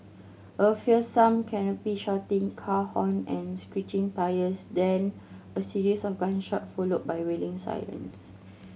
a fearsome cacophony of shouting car horn and screeching tyres then a series of gunshot followed by wailing sirens